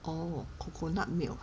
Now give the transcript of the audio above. orh coconut milk ah